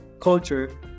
culture